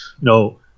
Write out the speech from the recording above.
No